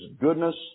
goodness